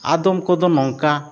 ᱟᱫᱚᱢ ᱠᱚᱫᱚ ᱱᱚᱝᱠᱟ